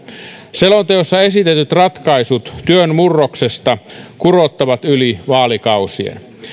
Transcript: selonteossa esitetyt ratkaisut työn murrokseen kurottavat yli vaalikausien